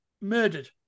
murdered